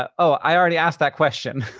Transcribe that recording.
ah oh, i already asked that question,